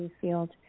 field